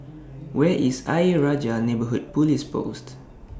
Where IS Ayer Rajah Neighbourhood Police Post